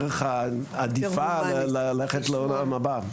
הדרך העדיפה ללכת לעולם הבא?